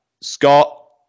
Scott